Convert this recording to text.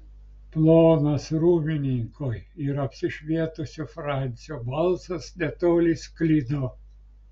plonas rūmininko ir apsišvietusio francio balsas netoli sklido